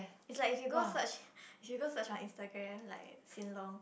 it's like if you go search if you search on Instagram like Hsien-Loong